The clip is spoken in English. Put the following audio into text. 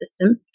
system